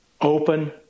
Open